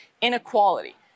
inequality